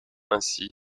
ainsi